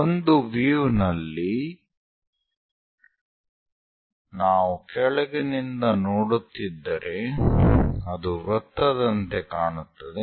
ಒಂದು ವೀವ್ ನಲ್ಲಿ ನಾವು ಕೆಳಗಿನಿಂದ ನೋಡುತ್ತಿದ್ದರೆ ಅದು ವೃತ್ತದಂತೆ ಕಾಣುತ್ತದೆ